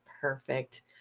Perfect